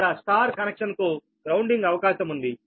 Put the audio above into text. ఇక్కడ స్టార్ కనెక్షన్కు గ్రౌండింగ్ అవకాశముంది